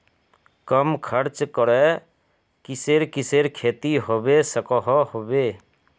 कम खर्च करे किसेर किसेर खेती होबे सकोहो होबे?